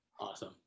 Awesome